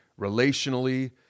relationally